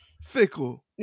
fickle